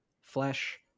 Flesh